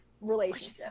relationship